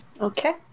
Okay